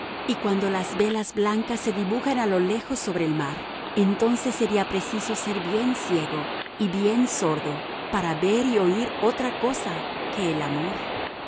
y cuando las velas blancas se dibujan a lo lejos sobre el mar entonces sería preciso ser bien ciego y bien sordo para ver y oír otra cosa que el amor